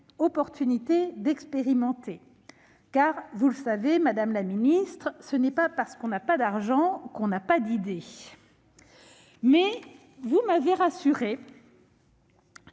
opportunité d'expérimenter ? Vous le savez, madame la ministre, ce n'est pas parce qu'on n'a pas d'argent qu'on n'a pas d'idées ... Mais vous m'avez rassurée